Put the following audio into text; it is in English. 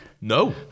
No